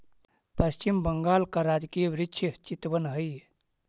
पश्चिम बंगाल का राजकीय वृक्ष चितवन हई